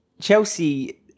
Chelsea